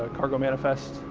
ah cargo manifest.